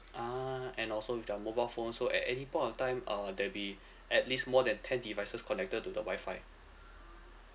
ah and also with your mobile phones so at any point of time uh there'll be at least more than ten devices connected to the wi-fi